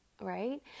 right